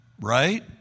right